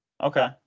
Okay